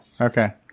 Okay